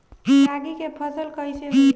रागी के फसल कईसे होई?